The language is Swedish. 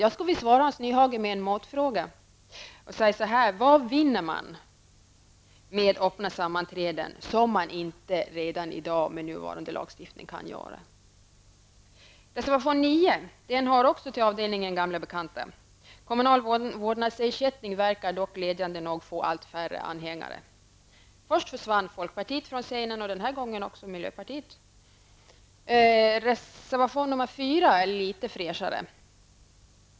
Jag skall svara Hans Nyhage med en motfråga: Vad vinner man med öppna sammanträden som man inte redan med nuvarande lagstiftning kan åstadkomma? Reservation nr 9 hör också till avdelningen gamla bekanta. Kommunal vårdnadsersättning verkar dock, glädjande nog, få allt färre anhängare. Först försvann folkpartiet från scenen, och den här gången har också miljöpartiet försvunnit. Reservation nr 4 är litet fräschare.